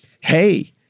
hey